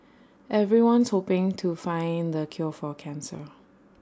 everyone's hoping to find the cure for cancer